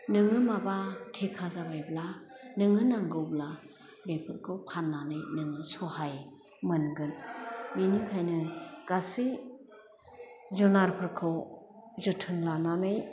नोङो माबा थेखा जाबायब्ला नोङो नांगौब्ला बेफोरखौ फान्नानै नोङो सहाइ मोनगोन बिनिखायनो गासै जुनारफोरखौ जोथोन लानानै